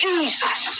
Jesus